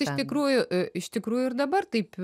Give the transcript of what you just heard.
iš tikrųjų iš tikrųjų ir dabar taip